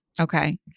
Okay